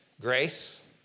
Grace